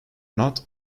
not